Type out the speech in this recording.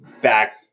back